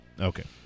Okay